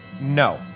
no